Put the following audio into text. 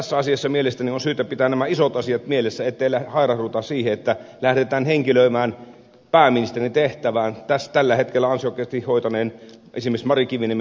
tässä asiassa mielestäni on syytä pitää nämä isot asiat mielessä ettei hairahduta siihen että lähdetään henkilöimään pääministerin tehtävää esimerkiksi tällä hetkellä ansiokkaasti sitä hoitaneeseen mari kiviniemen henkilöön